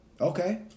Okay